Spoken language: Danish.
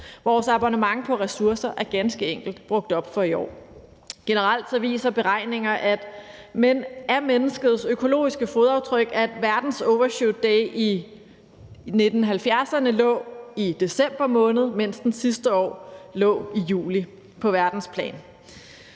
Vores abonnement på ressourcer er ganske enkelt brugt op for i år. Generelt viser beregninger af menneskets økologiske fodaftryk, at verdens earth overshoot day i 1970'erne lå i december måned, mens den sidste år lå i juli på verdensplan.